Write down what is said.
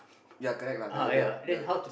ya correct lah the the the